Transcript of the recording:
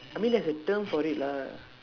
I mean there's a term for it lah